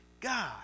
God